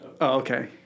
okay